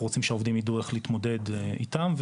רוצים שהעובדים יידעו איך להתמודד איתם,